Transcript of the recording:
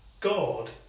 God